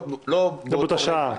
לא באותה שעה,